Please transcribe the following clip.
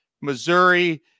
Missouri